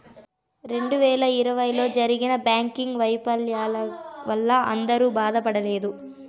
రెండు వేల ఇరవైలో జరిగిన బ్యాంకింగ్ వైఫల్యాల వల్ల అందరూ బాధపడలేదు